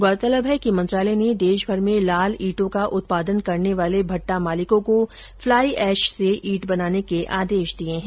गौरतलब है कि मंत्रालय ने देशभर में लाल ईंटो का उत्पादन करने वाले भट्डा मालिकों को फ्लाईएश से ईंटे बनाने के आदेश दिये हैं